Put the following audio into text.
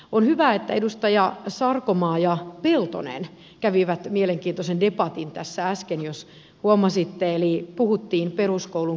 on hyvä että edustaja sarkomaa ja peltonen kävivät mielenkiintoisen debatin tässä äsken jos huomasitte eli puhuttiin peruskoulun kehittämisrahoista